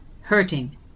hurting